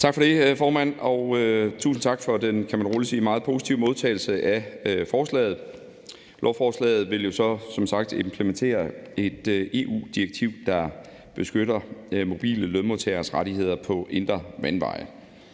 tak for den, kan man roligt sige, meget positive modtagelse af forslaget. Lovforslaget vil jo som sagt implementere et EU-direktiv, der beskytter mobile lønmodtageres rettigheder på indre vandveje.